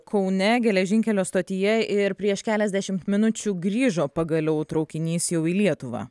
kaune geležinkelio stotyje ir prieš keliasdešimt minučių grįžo pagaliau traukinys jau į lietuvą